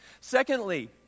Secondly